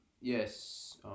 Yes